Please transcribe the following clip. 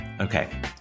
Okay